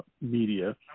media